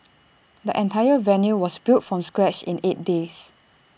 the entire venue was built from scratch in eight days